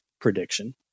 prediction